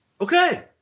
okay